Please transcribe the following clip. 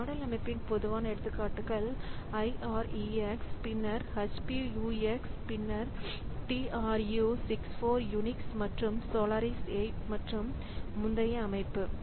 இந்த மாடல் அமைப்பின் பொதுவான எடுத்துக்காட்டுகள் IREX பின்னர் HP UX பின்னர் Tru64 UNIX மற்றும் Solaris 8 மற்றும் முந்தைய அமைப்பு